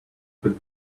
been